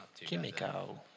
Kimiko